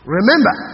Remember